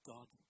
God